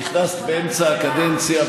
נכנסת באמצע הקדנציה,